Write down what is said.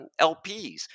LPs